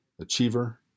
achiever